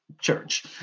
Church